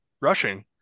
rushing